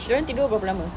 dorang tidur berapa lama